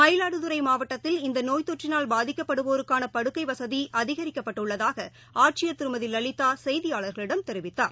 மயிலாடுதுறைமாவட்டத்தில் இந்தநோய் தொற்றினால் பாதிக்கப்படுவோருக்கானபடுக்கைவசதிஅதிகரிக்கப்பட்டுள்ளதாகஆட்சியர் திருமதிலலிதாசெய்தியாளர்களிடம் தெரிவித்தார்